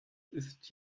ist